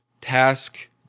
task